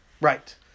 Right